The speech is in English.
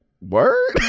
word